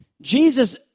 Jesus